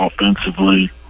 offensively